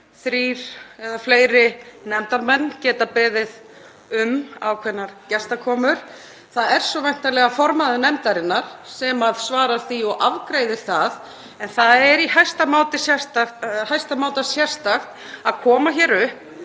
Þrír eða fleiri nefndarmenn geta beðið um ákveðnar gestakomur. Það er svo væntanlega formaður nefndarinnar sem svarar því og afgreiðir það. En það er í hæsta máta sérstakt að koma hingað upp